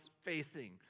facing